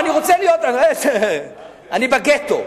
אני בגטו.